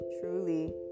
truly